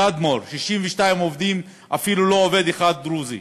"תדמור" 62 עובדים, אפילו לא עובד אחד דרוזי.